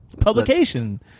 publication